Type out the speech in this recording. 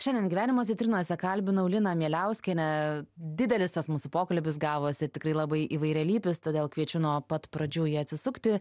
šiandien gyvenimo citrinose kalbinau liną mieliauskienę didelis tas mūsų pokalbis gavosi tikrai labai įvairialypis todėl kviečiu nuo pat pradžių jį atsisukti